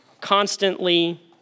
constantly